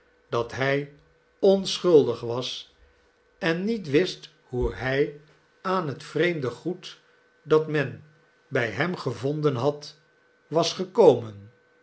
dat liij onschuldig was en niet wist hoe hij aan het vreerndo goed dat men bij hem gevonden had was gekomen